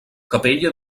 capella